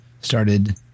Started